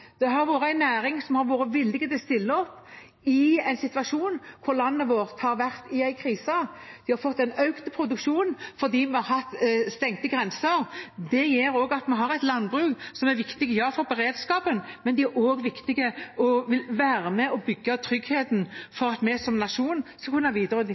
vært villig til å stille opp i en situasjon da landet vårt har vært i en krise. Vi har fått økt produksjon fordi vi har hatt stengte grenser. Det gjør at vi har et landbruk som er viktig for beredskapen, men det er også viktig fordi det vil være med og bygge tryggheten for at vi som nasjon skal kunne videreutvikle oss. Landbruket er en viktig næring for landet vårt, men det